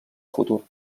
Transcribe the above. futur